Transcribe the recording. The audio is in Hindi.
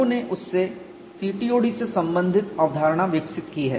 लोगों ने उससे CTOD से संबंधित अवधारणा विकसित की है